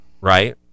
right